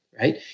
right